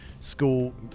School